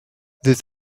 this